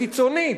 הקיצונית: